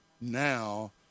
now